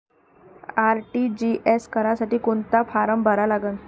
RTGS करासाठी कोंता form भरा लागन?